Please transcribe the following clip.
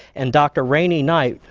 and dr. rainy knight,